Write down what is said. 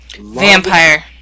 Vampire